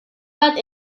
bat